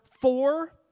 four